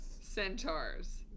Centaurs